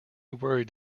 worried